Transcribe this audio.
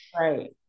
Right